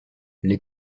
les